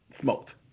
smoked